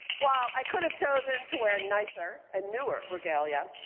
while i could have chosen to wear nicer and newer regalia,